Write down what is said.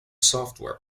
software